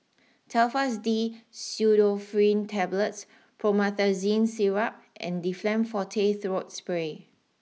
Telfast D Pseudoephrine Tablets Promethazine Syrup and Difflam Forte Throat Spray